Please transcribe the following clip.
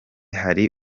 hari